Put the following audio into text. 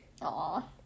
Aw